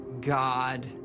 god